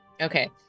Okay